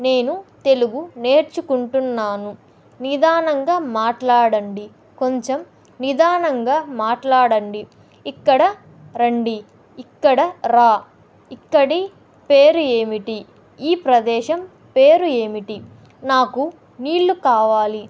నేను తెలుగు నేర్చుకుంటున్నాను నిదానంగా మాట్లాడండి కొంచెం నిదానంగా మాట్లాడండి ఇక్కడ రండి ఇక్కడ రా ఇక్కడి పేరు ఏమిటి ఈ ప్రదేశం పేరు ఏమిటి నాకు నీళ్లు కావాలి